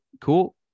cool